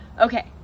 Okay